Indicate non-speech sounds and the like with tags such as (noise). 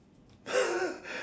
(laughs)